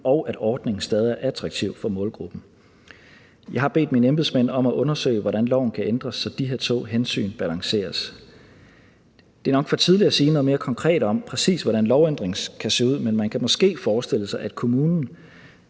og at ordningen stadig er attraktiv for målgruppen. Jeg har bedt mine embedsmænd om at undersøge, hvordan loven kan ændres, så de her to hensyn balanceres. Det er nok for tidligt at sige noget mere konkret om, præcis hvordan lovændringen kan se ud, men man kan måske forestille sig, at kommunen